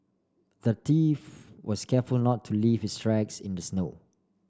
the thief was careful not to leave his tracks in the snow